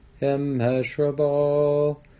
immeasurable